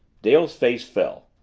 dale's face fell.